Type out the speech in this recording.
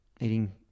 eating